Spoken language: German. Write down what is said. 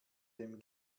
dem